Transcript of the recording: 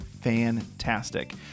fantastic